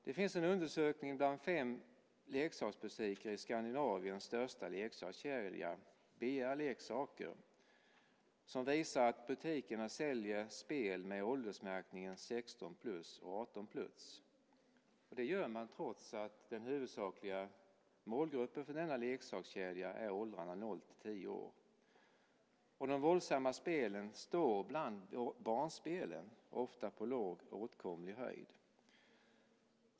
Det finns en undersökning gjord bland fem leksaksbutiker i Skandinaviens största leksakskedja, BR Leksaker, som visar att butikerna säljer spel med åldersmärkningarna 16+ och 18+. Det gör man trots att de huvudsakliga målgrupperna för denna leksakskedja är barn i åldrarna 0-10 år. De våldsamma spelen står bland barnspelen, ofta på låg, åtkomlig höjd.